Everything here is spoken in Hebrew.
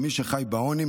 גם מי שחי בעוני,